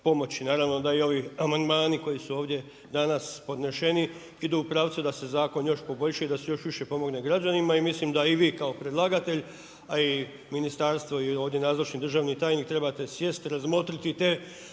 pomoći. Naravno da i ovi amandmani koji su ovdje danas podneseni idu u pravcu da se zakon još poboljša i da se još više pomogne građanima i mislim da i vi kao predlagatelj, a i ministarstvo i ovdje nazočni državni tajnik trebate sjesti, razmotriti te